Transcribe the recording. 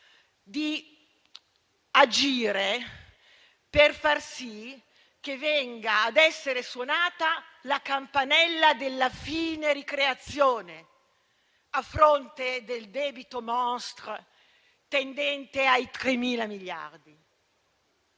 di agire per far sì che venga a essere suonata la campanella della fine ricreazione a fronte del debito monstre tendente ai 3.000 miliardi.